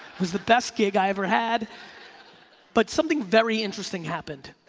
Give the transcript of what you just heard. was the best gig i ever had but something very interesting happened,